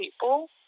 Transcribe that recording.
people